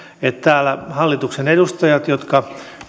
täällä hallituksen edustajat jotka